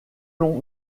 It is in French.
l’on